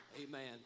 Amen